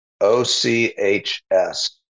O-C-H-S